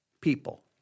people